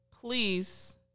please